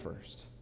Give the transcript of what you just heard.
first